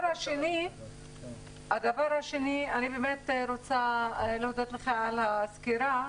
אני באמת רוצה להודות לך על הסקירה.